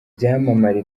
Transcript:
byamamare